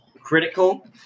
critical